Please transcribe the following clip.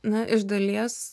na iš dalies